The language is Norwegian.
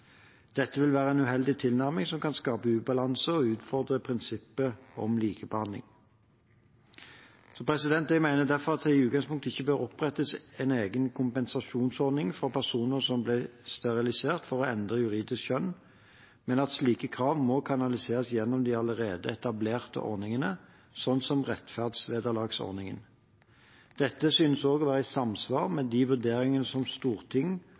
Dette vil være en uheldig tilnærming som kan skape ubalanse og utfordre prinsippet om likebehandling. Jeg mener derfor at det i utgangspunktet ikke bør opprettes en egen kompensasjonsordning for personer som ble sterilisert for å endre juridisk kjønn, men at slike krav må kanaliseres gjennom allerede etablerte ordninger, slik som rettferdsvederlagsordningen. Dette synes å være i samsvar med vurderingene som storting